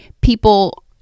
people